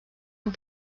amb